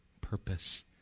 Purpose